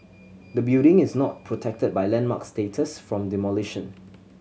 the building is not protected by landmark status from demolition